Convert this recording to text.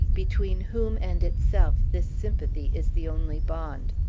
between whom and itself this sympathy is the only bond.